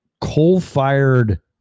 coal-fired